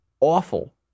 awful